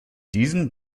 diesen